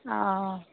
অঁ